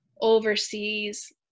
overseas